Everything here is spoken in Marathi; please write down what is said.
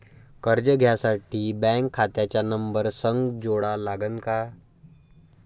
कर्ज घ्यासाठी बँक खात्याचा नंबर संग जोडा लागन का?